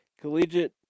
Collegiate